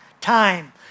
time